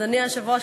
אדוני היושב-ראש,